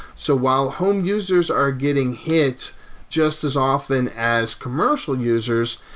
so while home users are getting hit just as often as commercial users,